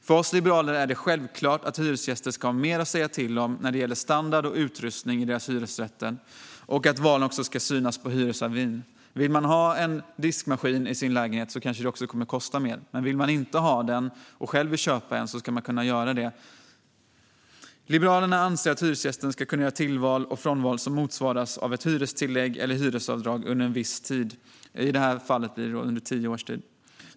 För oss liberaler är det självklart att hyresgäster ska ha mer att säga till om när det gäller standard och utrustning i sina hyresrätter och att valen också ska synas på hyresavin. Vill man ha en diskmaskin i sin lägenhet kanske det också kommer att kosta mer, men vill man inte ha den och i stället själv vill köpa en ska man kunna göra det. Liberalerna anser att hyresgästen ska kunna göra tillval och frånval som motsvaras av ett hyrestillägg eller hyresavdrag under en viss tid, i det här fallet tio år.